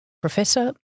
Professor